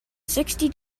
sixty